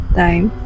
time